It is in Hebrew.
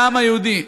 לעם היהודי,